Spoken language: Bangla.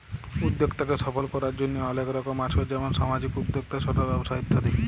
উদ্যক্তাকে সফল করার জন্হে অলেক রকম আছ যেমন সামাজিক উদ্যক্তা, ছট ব্যবসা ইত্যাদি